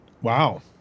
Wow